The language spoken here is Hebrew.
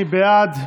מי בעד?